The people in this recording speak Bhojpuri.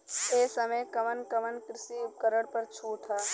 ए समय कवन कवन कृषि उपकरण पर छूट ह?